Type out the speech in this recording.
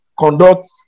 Conduct